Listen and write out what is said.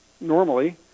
normally